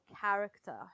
character